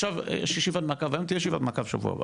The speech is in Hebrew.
עכשיו יש ישיבת מעקב וגם תהיה ישיבת מעקב בשבוע הבא,